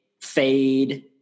fade